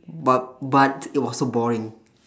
but but it was so boring